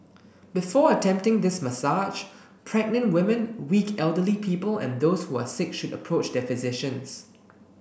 before attempting this massage pregnant women weak elderly people and those who are sick should approach their physicians